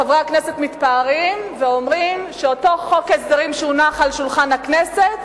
חברי הכנסת מתפארים ואומרים שאותו חוק הסדרים שהונח על שולחן הכנסת